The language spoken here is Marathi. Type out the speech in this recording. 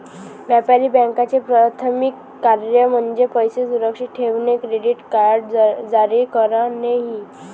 व्यापारी बँकांचे प्राथमिक कार्य म्हणजे पैसे सुरक्षित ठेवणे, क्रेडिट कार्ड जारी करणे इ